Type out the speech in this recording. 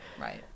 Right